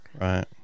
right